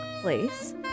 place